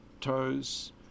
Toes